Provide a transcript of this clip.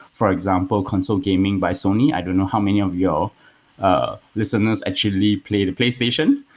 for example, consult gaming by sony. i don't know how many of your ah listeners actually played the playstation,